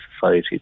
society